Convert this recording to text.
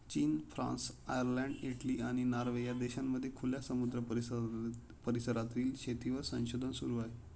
चीन, France, Ireland, Italy, आणि Norway या देशांमध्ये खुल्या समुद्र परिसरातील शेतीवर संशोधन सुरू आहे